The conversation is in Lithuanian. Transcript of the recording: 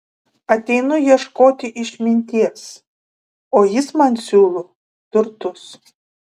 ateinu ieškoti išminties o jis man siūlo turtus